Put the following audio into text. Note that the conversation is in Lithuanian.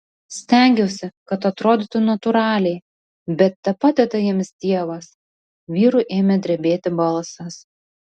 stengiausi kad atrodytų natūraliai bet tepadeda jiems dievas vyrui ėmė drebėti balsas